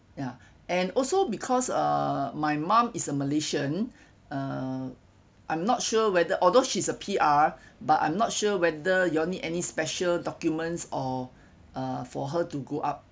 ya and also because uh my mum is a malaysian uh I'm not sure whether although she's a P_R but I'm not sure whether you all need any special documents or uh for her to go up